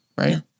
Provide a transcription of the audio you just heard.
Right